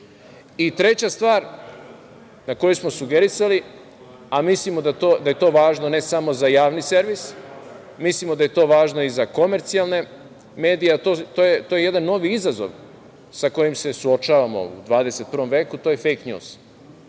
stvar na koju smo sugerisali, a mislimo da je to važno ne samo za javni servis, mislimo da je to važno i za komercijalne medije, to je jedan novi izazov sa kojim se suočavamo u 21. veku, a to je „fejk njuz“.